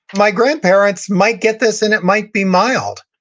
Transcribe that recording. my grandparents might get this, and it might be mild.